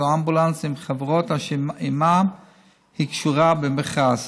באמבולנס באמצעות חברות אשר עימן היא קשורה במכרז,